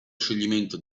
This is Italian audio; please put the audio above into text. scioglimento